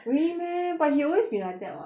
really meh but he always been like that [what]